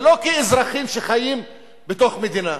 ולא כאל אזרחים שחיים בתוך מדינה.